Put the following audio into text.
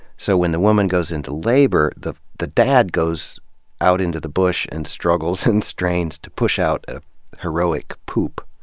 so when the woman goes into labor, the the dad goes out into the bush and struggles and strains to push out a heroic poop,